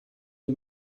die